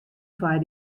foar